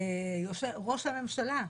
ראש הממשלה,